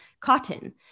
cotton